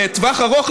בטווח ארוך,